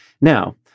Now